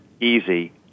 easy